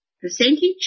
Percentage